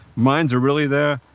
minds are really there.